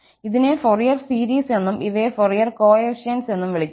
ഇതിനെ Fourier series എന്നും ഇവയെ ഫൊറിയർ കോഎഫിഷ്യന്റ്സ് എന്നും വിളിക്കുന്നു